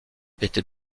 était